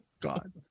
God